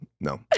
No